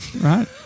right